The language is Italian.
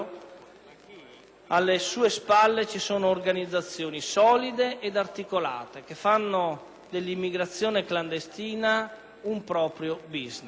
alle sue spalle ci sono organizzazioni solide e articolate che fanno dell'immigrazione clandestina un vero e proprio *business*.